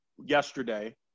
yesterday